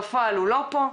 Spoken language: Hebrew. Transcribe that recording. בפועל הוא לא פה.